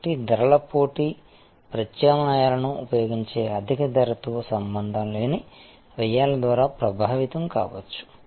కాబట్టి ధరల పోటీ ప్రత్యామ్నాయాలను ఉపయోగించే అధిక ధరతో సంబంధం లేని వ్యయాల ద్వారా ప్రభావితం కావచ్చు